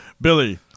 Billy